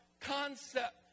concept